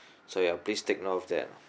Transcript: so ya please take note of that